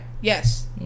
yes